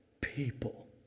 people